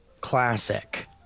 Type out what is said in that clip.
classic